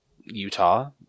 Utah